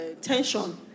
tension